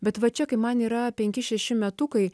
bet va čia kai man yra penki šeši metukai